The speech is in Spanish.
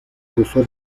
gozó